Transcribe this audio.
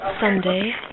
Sunday